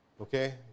Okay